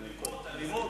אלימות, אלימות.